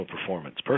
performance